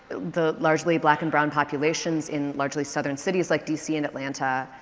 the largely black and brown populations in largely southern cities like dc and atlanta,